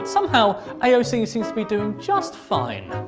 somehow, aoc seems to be doing just fine.